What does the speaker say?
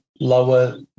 lower